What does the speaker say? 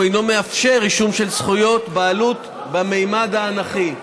הוא אינו מאפשר רישום של זכויות בעלות בממד האנכי.